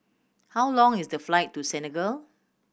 how long is the flight to Senegal